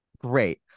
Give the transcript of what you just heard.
great